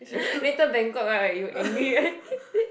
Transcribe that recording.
later Bangkok right you angry right